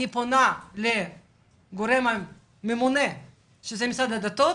אני פונה לגורם הממונה שזה משרד הדתות